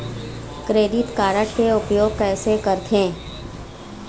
Credit card के उपयोग कैसे करथे?